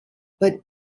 but